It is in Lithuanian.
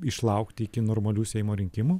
išlaukti iki normalių seimo rinkimų